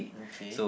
okay